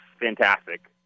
fantastic